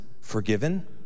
forgiven